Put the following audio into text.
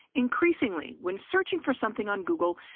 increasingly when searching for something on google,